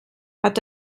hat